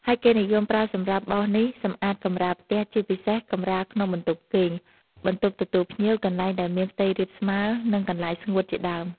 ហើយគេនិយមប្រើសម្រាប់បោសនេះសម្អាតកម្រាលផ្ទះ ជាពិសេសកម្រាលក្នុងបន្ទប់គេង បន្ទប់ទទួលភ្ញៀវ កន្លែងដែលមានផ្ទៃរាបស្មើ និងកន្លែងស្ងួតជាដើម។